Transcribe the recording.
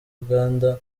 uganda